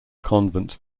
convents